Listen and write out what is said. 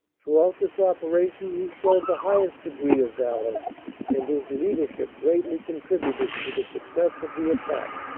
throughout this operation he showed the highest degree of valor and his leadership greatly contributed to the success of the attack.